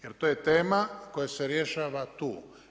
Jer to je tema koja se rješava tu.